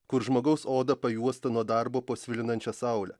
kur žmogaus oda pajuosta nuo darbo po svilinančia saule